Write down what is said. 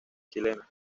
chilena